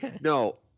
No